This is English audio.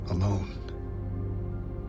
alone